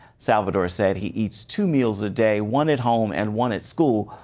salvador says he eats two meals a day, one at home, and one at school,